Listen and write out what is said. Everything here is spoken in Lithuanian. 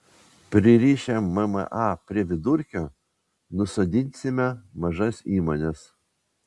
pririšę mma prie vidurkio nusodinsime mažas įmones